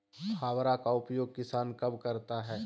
फावड़ा का उपयोग किसान कब करता है?